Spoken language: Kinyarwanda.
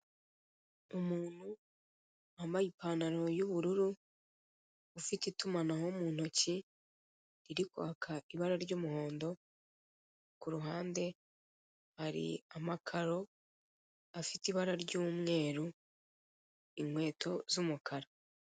Umuntu wambaye ipantaro y'ubururu ufite itumanaho mu ntoki riri kwaka ibara ry'umuhondo, ku ruhande hari amakaro afite ibara ry'umweru, inkweto z'umukara.